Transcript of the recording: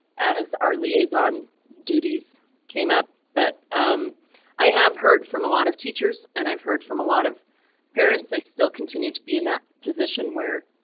as our liaison duties came up, but um i have heard from a lot of teachers and i've heard from a lot of parents i still continue to be in that position where.